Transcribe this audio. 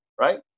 right